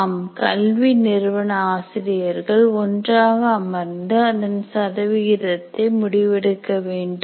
ஆம் கல்வி நிறுவன ஆசிரியர்கள் ஒன்றாக அமர்ந்து அதன் சதவிகிதத்தை முடிவெடுக்க வேண்டும்